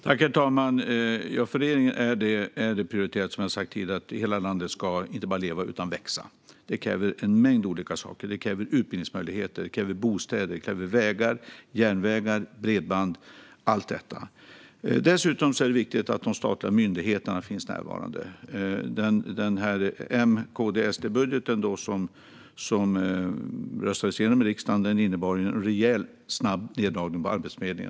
Herr talman! Som jag har sagt tidigare är det prioriterat för regeringen att hela landet inte bara ska leva utan också växa. Det kräver en mängd olika saker. Det kräver utbildningsmöjligheter, bostäder, vägar, järnvägar, bredband - allt detta. Dessutom är det viktigt att de statliga myndigheterna finns närvarande. Den M-KD-SD-budget som röstades igenom i riksdagen innebar en rejält snabb neddragning på Arbetsförmedlingen.